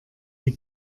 die